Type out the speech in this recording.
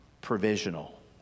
provisional